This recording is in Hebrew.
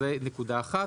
אז זו נקודה אחת.